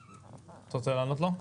אתה רוצה לענות לו?